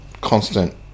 constant